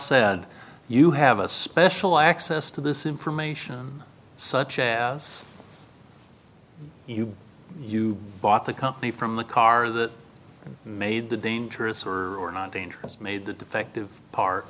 said you have a special access to this information such as you bought the company from the car that made the dangerous or not dangerous made the defective part